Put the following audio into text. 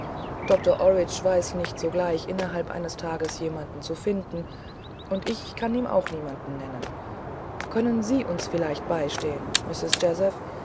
doktor orridge weiß nicht sogleich innerhalb eines tages jemanden zu finden und ich kann ihm auch niemanden nennen könnt ihr uns vielleicht beistehen